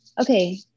okay